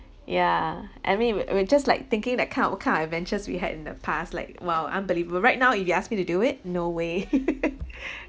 yeah and we were we're just like thinking that kind what kind of adventures we had in the past like !wow! unbelievable right now if you ask me to do it no way